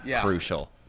crucial